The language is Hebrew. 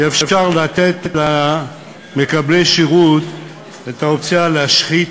אי-אפשר לתת למקבלי שירות את האופציה להשחית,